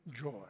joy